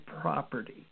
property